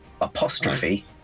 apostrophe